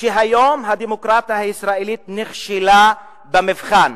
שהיום הדמוקרטיה הישראלית נכשלה במבחן,